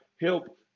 help